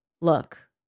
look